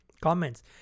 Comments